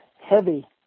heavy